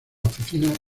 oficina